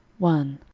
one